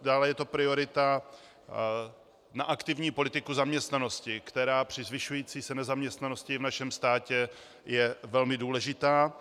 Dále je to priorita na aktivní politiku zaměstnanosti, která je při zvyšující se nezaměstnanosti v našem státě velmi důležitá.